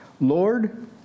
Lord